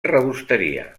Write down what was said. rebosteria